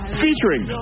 featuring